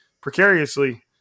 precariously